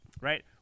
Right